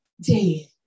dead